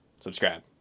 Subscribe